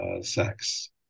sex